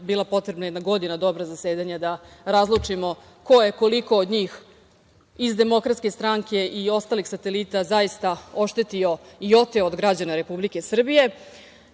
bila potrebna jedna godina dobra zasedanja da razlučimo ko je koliko od njih iz DS i ostalih satelita zaista i oteo od građana Republike Srbije,